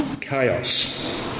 Chaos